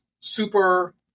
Super